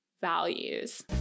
values